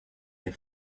les